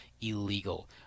illegal